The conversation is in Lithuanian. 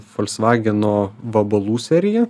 folksvageno vabalų serija